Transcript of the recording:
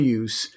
use